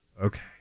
okay